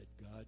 God